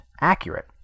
accurate